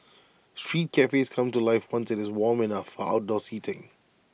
street cafes come to life once IT is warm enough of outdoor seating